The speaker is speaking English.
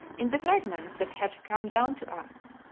in the fragments that have come down to us,